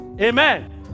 amen